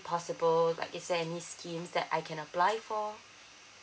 possible like is there any schemes that I can apply for